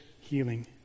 healing